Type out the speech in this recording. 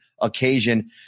occasion